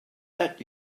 that